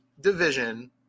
division